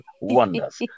wonders